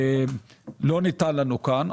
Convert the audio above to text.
לא ניתן לנו כאן.